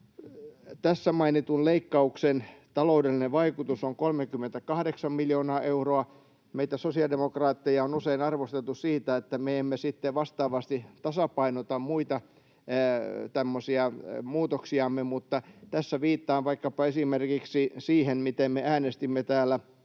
tässä mainitun leikkauksen taloudellinen vaikutus on 38 miljoonaa euroa. Meitä sosiaalidemokraatteja on usein arvosteltu siitä, että me emme sitten vastaavasti tasapainota muita tämmöisiä muutoksiamme, mutta tässä viittaan vaikkapa esimerkiksi siihen, miten me äänestimme täällä